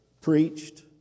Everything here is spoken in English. preached